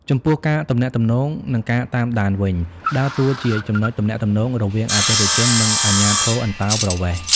ចំពោះ ការទំនាក់ទំនង និងការតាមដានវិញ ដើរតួជាចំណុចទំនាក់ទំនងរវាងអតិថិជន និងអាជ្ញាធរអន្តោប្រវេសន៍។